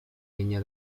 legna